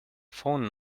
phone